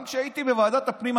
גם כשהייתי בוועדת הפנים,